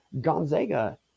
Gonzaga